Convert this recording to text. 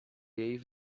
jej